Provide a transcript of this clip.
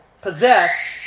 possess